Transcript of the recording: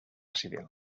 civil